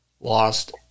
lost